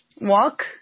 walk